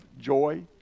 joy